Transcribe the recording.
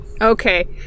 Okay